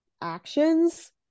actions